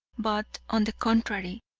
but, on the contrary,